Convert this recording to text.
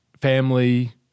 family